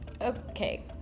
Okay